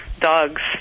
dogs